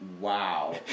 Wow